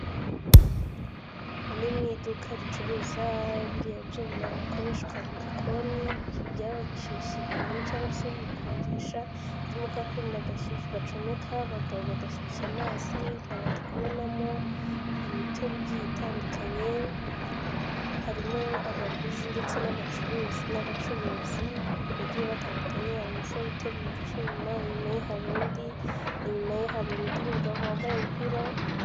Aha ni mu iduka ricuruza biriya byuma bikoreshwa mu gikoni byaba bishyushye ibintu cyangwa se bikonjesha, birimo kakuma gashyushya bacomeka bagashyushya amazi habandi kubonamo imitobe igiye itandukanye harimo abaguzi ndetse n'abacuruzi n'abacuruzi bagiye batandukanye hari umusore uterura icyuma inyuma haru undi inyuma ye hari undi mugabo wambaye umupira.